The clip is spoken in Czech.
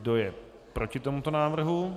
Kdo je proti tomuto návrhu?